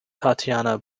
tatiana